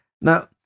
Now